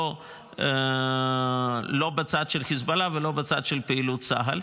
לא בצד של חיזבאללה ולא בצד של פעילות צה"ל,